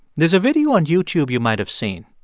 there's a video on youtube you might have seen.